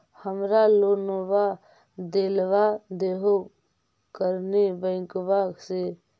हमरा लोनवा देलवा देहो करने बैंकवा से?